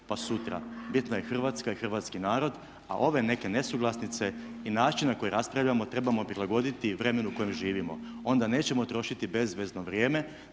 pa sutra, bitna je Hrvatska i hrvatski narod a ove neke nesuglasice i način na koji raspravljamo trebamo prilagoditi vremenu u kojem živimo. Onda nećemo trošiti bezvezno vrijeme